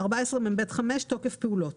14מב5תוקף פעולות